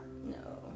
No